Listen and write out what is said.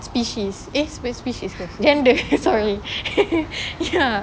species eh spe~ species gender sorry ya